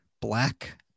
black